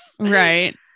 Right